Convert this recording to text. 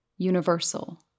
universal